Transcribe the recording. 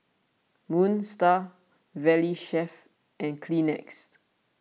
Moon Star Valley Chef and Kleenex